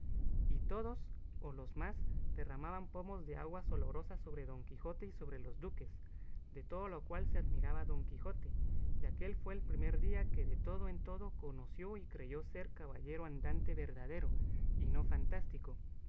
y todos o los más derramaban pomos de aguas olorosas sobre don quijote y sobre los duques de todo lo cual se admiraba don quijote y aquél fue el primer día que de todo en todo conoció y creyó ser caballero andante verdadero y no fantástico